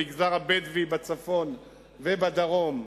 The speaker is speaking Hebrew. המגזר הבדואי בצפון ובדרום,